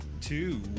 Two